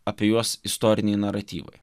apie juos istoriniai naratyvai